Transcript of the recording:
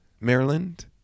Maryland